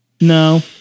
No